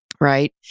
right